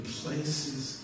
places